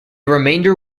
remainder